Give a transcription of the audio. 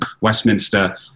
westminster